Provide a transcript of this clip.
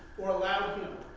or allowed them,